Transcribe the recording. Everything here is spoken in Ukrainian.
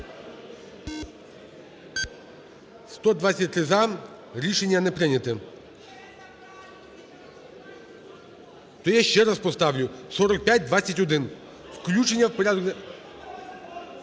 За-124 Рішення не прийнято. То я ще раз поставлю. 4521, включення в порядок